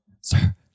sir